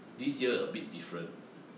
this year a bit different